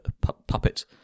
puppet